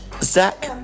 Zach